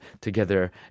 together